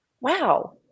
Wow